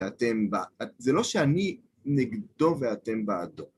זה לא שאני נגדו ואתם בעדו.